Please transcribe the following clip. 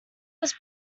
was